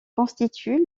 constitue